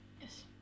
Yes